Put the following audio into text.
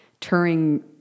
Turing